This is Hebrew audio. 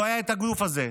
לא היה את הגוף הזה,